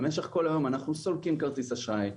במשך כל היום אנחנו סולקים כרטיס אשראי,